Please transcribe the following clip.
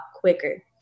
quicker